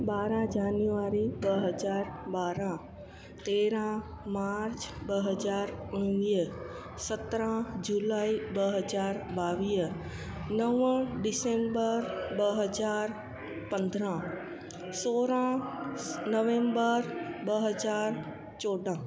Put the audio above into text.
ॿारहां जान्युआरी ॿ हज़ार ॿारहां तेरहां मार्च ॿ हज़ार उणिवीह सत्रहां जुलाई ॿ हज़ार ॿावीह नव डिसेंबर ॿ हज़ार पंद्रहां सोरहां नवेंबर ॿ हज़ार चोॾहां